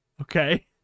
Okay